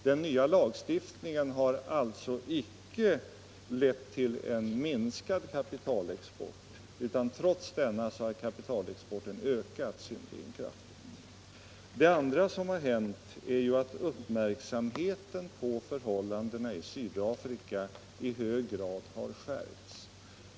Den nya lagstiftningen har alltså icke lett till en minskad kapitalexport, utan trots denna har kapitalexporten ökat synnerligen kraftigt. Det andra som hänt är att uppmärksamheten på förhållandena i Sydafrika i hög grad har skärpts.